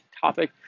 topic